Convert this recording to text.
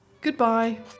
Goodbye